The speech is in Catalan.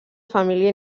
família